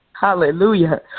Hallelujah